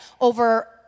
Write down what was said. over